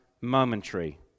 momentary